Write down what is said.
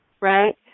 right